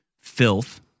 filth